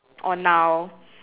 or now